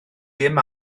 dim